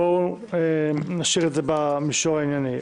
בואו נשאיר את זה במישור הענייני.